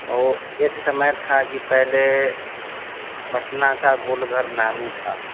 वह एक समय था कि पहले पटना का गोलघर नामी था